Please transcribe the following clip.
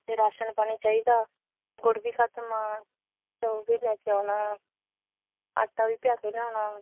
ਅਤੇ ਰਾਸ਼ਨ ਪਾਣੀ ਚਾਹੀਦਾ ਗੁੜ ਵੀ ਖ਼ਤਮ ਆ ਹੋਰ ਵੀ ਲੈ ਕੇ ਆਉਣਾ ਆਟਾ ਵੀ ਪਿਹਾ ਕੇ ਲਿਆਉਣਾ